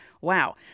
Wow